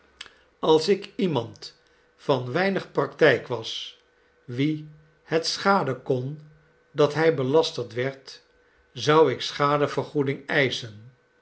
als ik iemand van weinig praktijk was wien het schaden kon dat hij belasterd werd zou ik schadevergoeding eischen